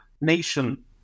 nation